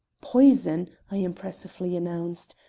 poison! i impressively announced.